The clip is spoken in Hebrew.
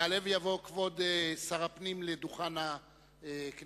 יעלה ויבוא כבוד שר הפנים לדוכן הכנסת,